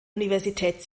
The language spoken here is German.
universität